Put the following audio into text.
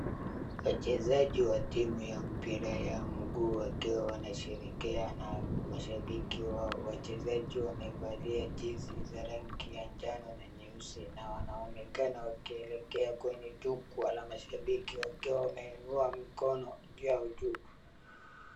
Wachezaji wa timu ya mpira ya mguu wakiwa wanasherehekea na mashabiki wao. Wachezaji wamevalia jezi ya rangi ya njano na nyeusi na wanaonekana wakielekea kwenye jukwa la mashabiki wakiwa wameinua mikono yao juu.